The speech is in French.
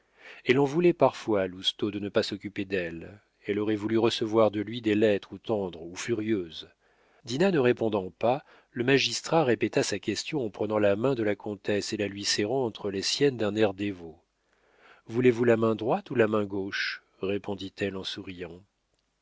elle en voulait parfois à lousteau de ne pas s'occuper d'elle elle aurait voulu recevoir de lui des lettres ou tendres ou furieuses dinah ne répondant pas le magistrat répéta sa question en prenant la main de la comtesse et la lui serrant entre les siennes d'un air dévot voulez-vous la main droite ou la main gauche répondit-elle en souriant